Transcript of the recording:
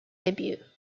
debut